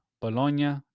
Bologna